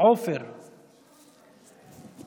אדוני היושב-ראש,